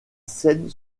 scène